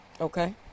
Okay